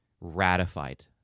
ratified